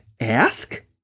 ask